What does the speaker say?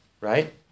right